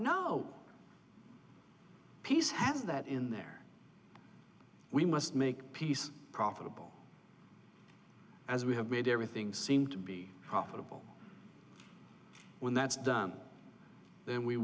no peace has that in there we must make peace profitable as we have made everything seem to be profitable when that's done